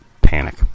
panic